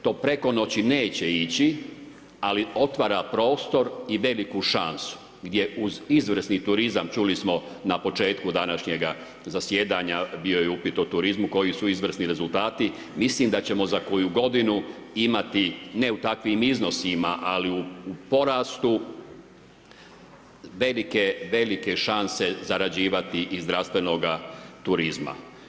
To preko noći neće ići ali otvara prostor i veliku šansu, gdje uz izvrsni turizam, čuli smo na početku današnjega zasjedanja, bio je upit o turizmu, koji su izvrsni rezultati, mislim da ćemo za koju godinu imati ne u takvim iznosima, ali u porastu velike šanse zarađivati iz zdravstvenoga turizma.